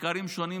במחקרים שונים,